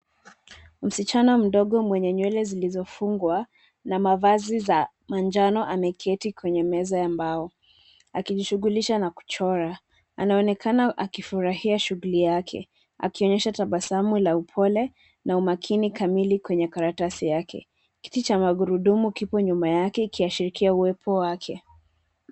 Msichana mdogo mwenye nywele zilizofungwa na mavazi za manjano ameketi kwenye meza ya mbao akijishughulisha na kuchora. Anaonekana akifurahia shughuli yake akionyesha tabasamu la upole na umakini kamili kwenye karatasi yake. Kiti cha magurudumu kipo nyuma yake ikiashirikia uwepo wake.